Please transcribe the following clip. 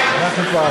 שכשאני באתי לכנסת,